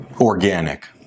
organic